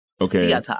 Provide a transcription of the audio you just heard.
Okay